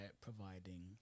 providing